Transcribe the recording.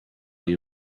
you